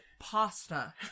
pasta